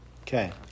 Okay